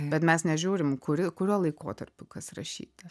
bet mes nežiūrim kuri kuriuo laikotarpiu kas rašyta